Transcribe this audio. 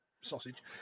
sausage